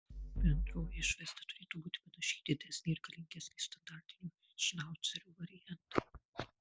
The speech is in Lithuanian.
bendroji išvaizda turėtų būti panaši į didesnį ir galingesnį standartinio šnaucerio variantą